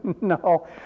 No